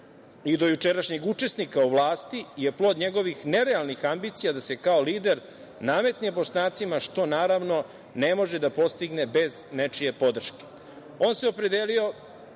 i do jučerašnjeg učesnika u vlasti je plod njegovih nerealnih ambicija da se kao lider nametne Bošnjacima, što, naravno, ne može da postigne bez nečije podrške. On